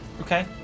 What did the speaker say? Okay